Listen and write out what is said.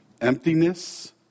emptiness